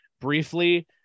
briefly